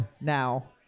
now